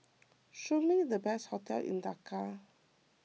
show me the best hotels in Dakar